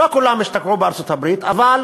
לא כולם השתכנו בארצות-הברית, אבל